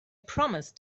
promised